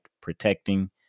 protecting